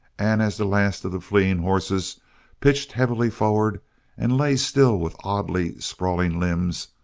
and as the last of the fleeing horses pitched heavily forward and lay still with oddly sprawling limbs,